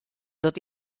dod